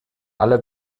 alle